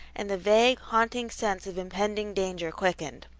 and the vague, haunting sense of impending danger quickened.